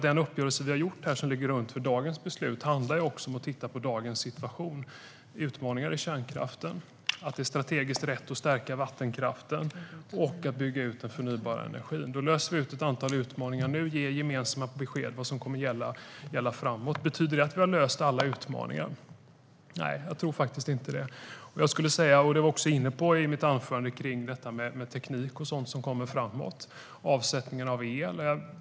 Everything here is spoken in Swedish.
Den uppgörelse som vi har gjort och som ligger till grund för dagens beslut handlar också om att titta på dagens situation. Det är utmaningar i kärnkraften. Det är strategiskt rätt att stärka vattenkraften och att bygga ut den förnybara energin. Då löser vi ett antal utmaningar och ger gemensamma besked om vad som kommer att gälla framåt. Betyder det att vi har löst alla utmaningar? Nej, jag tror faktiskt inte det. Jag var i mitt anförande inne på detta med teknik och sådant som kommer framöver och avsättningen av el.